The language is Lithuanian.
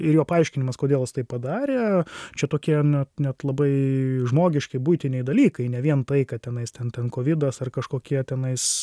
ir jo paaiškinimas kodėl jis tai padarė čia tokie net labai žmogiški buitiniai dalykai ne vien tai kad tenais ten ten kovidas ar kažkokie tenais